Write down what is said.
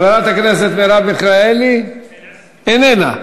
חברת הכנסת מרב מיכאלי, איננה.